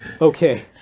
Okay